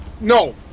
No